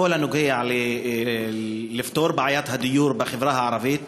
בכל הנוגע לפתרון בעיית הדיור בחברה הערבית,